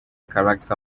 character